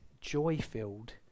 joy-filled